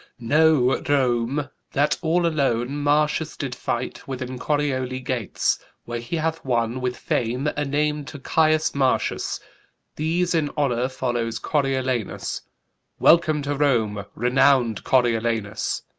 know, rome, that all alone marcius did fight within corioli gates where he hath won, with fame, a name to caius marcius these in honour follows coriolanus welcome to rome, renowned coriolanus!